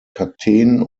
kakteen